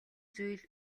зүйл